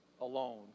alone